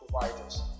providers